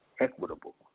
equitable